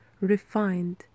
refined